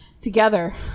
together